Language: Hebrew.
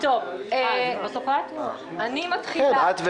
ולמרות הצהרתו של יושב-ראש הוועדה הזו